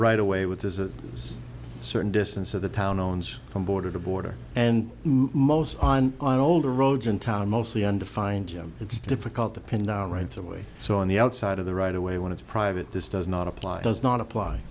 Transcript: right away which is a certain distance of the town owns from border to border and most on on older roads in town mostly undefined it's difficult to pin down right away so on the outside of the right away one is private this does not apply does not apply